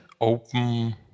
open